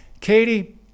Katie